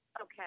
Okay